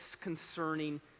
concerning